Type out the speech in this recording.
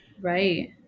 Right